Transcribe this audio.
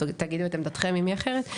תגידו את עמדתכם אם היא אחרת,